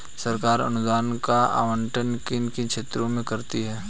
सरकार अनुदान का आवंटन किन किन क्षेत्रों में करती है?